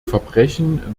verbrechen